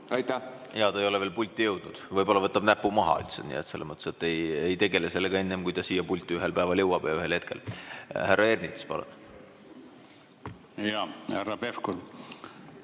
oluline. Jaa, ta ei ole veel pulti jõudnud, võib-olla võtab näpu maha üldse, nii et selles me mõttes ei tegele sellega enne, kui ta siia pulti ühel päeval jõuab ja ühel hetkel. Härra Ernits, palun! Jaa, ta ei